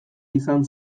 izan